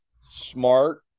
smart